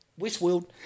Westworld